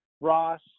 Ross